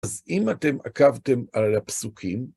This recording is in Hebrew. אז אם אתם עקבתם על הפסוקים,